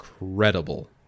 incredible